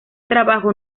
trabajo